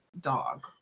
dog